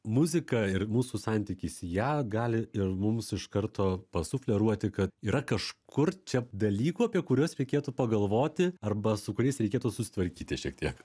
muzika ir mūsų santykis į ją gali ir mums iš karto pasufleruoti kad yra kažkur čia dalykų apie kuriuos reikėtų pagalvoti arba su kuriais reikėtų susitvarkyti šiek tiek